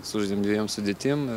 sužaidėm dviem sudėtim